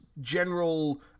general